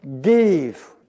give